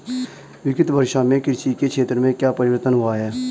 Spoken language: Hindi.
विगत वर्षों में कृषि के क्षेत्र में क्या परिवर्तन हुए हैं?